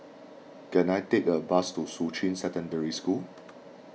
can I take a bus to Shuqun Secondary School